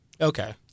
Okay